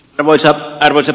arvoisa puhemies